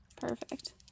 Perfect